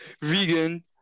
Vegan